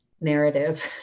narrative